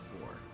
four